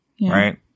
right